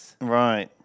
Right